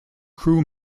crew